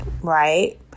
right